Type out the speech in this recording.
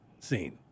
Scene